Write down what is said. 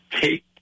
take